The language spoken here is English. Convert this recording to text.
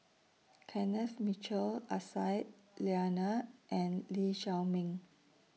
Kenneth Mitchell Aisyah Lyana and Lee Chiaw Meng